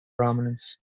prominence